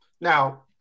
Now